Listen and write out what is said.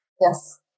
Yes